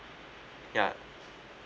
ya